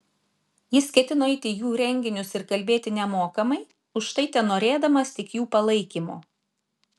jis ketino eiti į jų renginius ir kalbėti nemokamai už tai tenorėdamas tik jų palaikymo